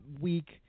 week